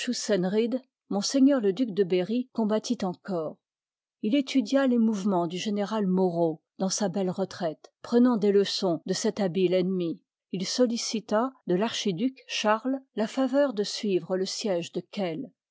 schussenried ms le duc de berry combattit encore étudia les mouvemens du général moreau dans sa belle retraite prenant des leçons de cet habile ennemi il sollicita de l'archiduc charles la faveur de suivre lé sie'ge de kehl